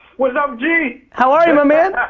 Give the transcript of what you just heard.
what's up gee! how are you my man!